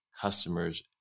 customers